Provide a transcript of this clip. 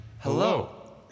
Hello